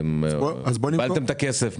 האם הכפלתם את הכסף?